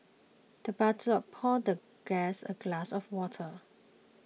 the butler poured the guest a glass of water